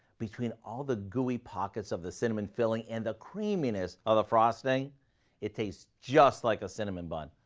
between all the gooey pockets of the cinnamon filling and the creaminess of the frosting it tastes just like a cinnamon bun,